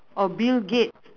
oh bill gates